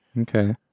Okay